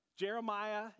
Jeremiah